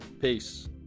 peace